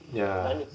ya